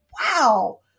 wow